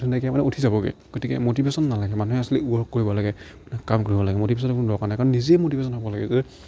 তেনেকৈ মানে উঠি যাবগৈ গতিকে মটিভেশ্যন নালাগে মানুহে আচলতে ৱৰ্ক কৰিব লাগে কাম কৰিব লাগে মটিভেশ্যনৰ কোনো দৰকাৰ নাই কাৰণ নিজেইে মটিভেশ্যন হ'ব লাগে যাতে